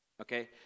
okay